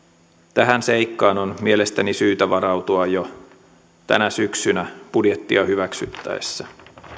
tähän seikkaan on mielestäni syytä varautua jo tänä syksynä budjettia hyväksyttäessä